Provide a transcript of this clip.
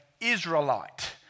Israelite